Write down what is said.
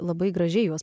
labai gražiai juos